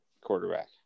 quarterback